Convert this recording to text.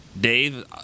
Dave